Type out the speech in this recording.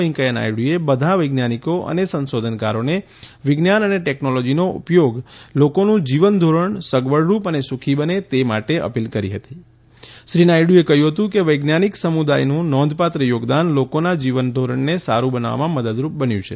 વૈકેયાહ્ નાયડુએ બધા વૈજ્ઞાનિકો અને સંશોધનકારોને વિજ્ઞાન અને ટેકનોલોજીનો ઉપયોગ લોકોનું જીવન ધોરણ સગવડરૂપ અને સુખી બને તે માટે અપીલ કરી હતી શ્રી નાયડુએ કહ્યું કે વૈજ્ઞાનિક સમુદાયનું નોંધપાત્ર યોગદાને લોકોના જીવન ધોરણને સારૂ બનાવવામાં મદદરૂપ બન્યું છે